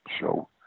show